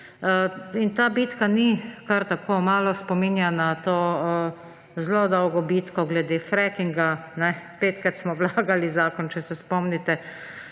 Ta bitka ni kar tako. Malo spominja na to zelo dolgo bitko glede frackinga. Petkrat smo vlagali zakon, če se spomnite.